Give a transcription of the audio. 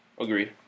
Agreed